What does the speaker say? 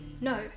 no